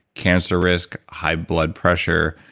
cancer risk, high blood pressure,